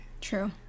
True